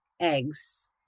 Eggs